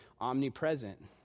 omnipresent